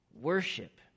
worship